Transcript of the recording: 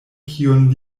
kiun